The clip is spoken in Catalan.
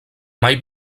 mai